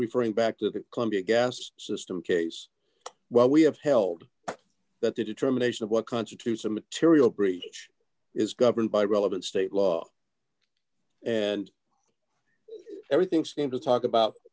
referring back to the columbia gas system case well we have held that the determination of what constitutes a material breach is governed by relevant state law and everything seem to talk about